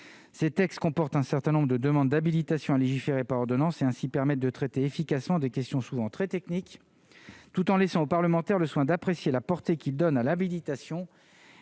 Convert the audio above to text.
ses textes comportent un certain nombre de demandes d'habilitation à légiférer par ordonnances et ainsi permettent de traiter efficacement des questions souvent très techniques, tout en laissant aux parlementaires le soin d'apprécier la portée qui donne à la méditation,